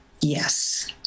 Yes